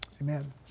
amen